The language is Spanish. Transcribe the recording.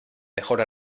mejor